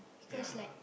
ya